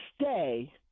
stay